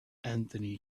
anthony